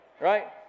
Right